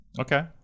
Okay